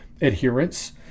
adherence